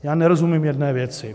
Já nerozumím jedné věci.